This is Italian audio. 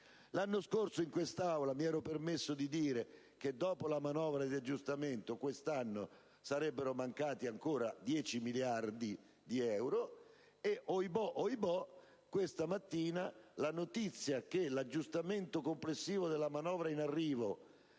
L'anno scorso in quest'Aula mi ero permesso di far presente che, dopo la manovra di aggiustamento, quest'anno sarebbero mancati ancora 10 miliardi di euro e - ohibò! - questa mattina la notizia è che l'aggiustamento complessivo della manovra in arrivo